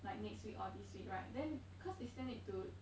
like next week or this week right then cause they still need to